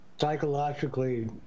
psychologically